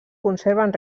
conserven